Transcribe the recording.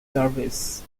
service